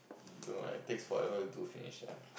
don't know eh takes forever to do finish ah